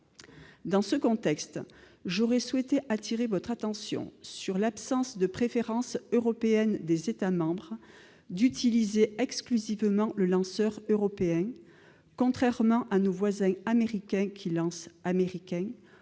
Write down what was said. Dans ce contexte, j'aurais souhaité attirer votre attention sur l'absence d'une préférence européenne imposant aux États membres d'utiliser exclusivement le lanceur européen, contrairement à nos voisins américains, qui « lancent américain »,